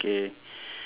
K